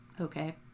Okay